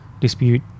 dispute